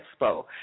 expo